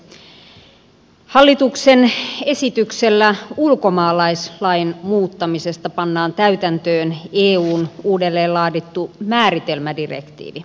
hallituksen esityksellä ulkomaalaislain muuttamisesta pannaan täytäntöön eun uudelleen laadittu määritelmädirektiivi